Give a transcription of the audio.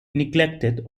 neglected